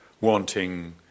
wanting